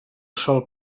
sòl